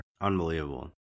Unbelievable